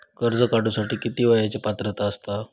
कर्ज काढूसाठी किती वयाची पात्रता असता?